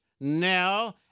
now